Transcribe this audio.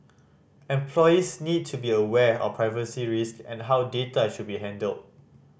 employees need to be aware of privacy risk and how data should be handled